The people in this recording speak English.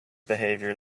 behavior